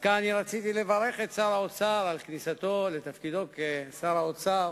דווקא רציתי לברך את שר האוצר על כניסתו לתפקיד שר האוצר